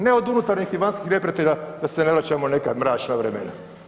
Ne od unutarnjih i vanjskih neprijatelja da se ne vraćamo u neka mračna vremena.